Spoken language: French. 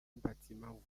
bâtiment